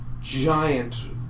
giant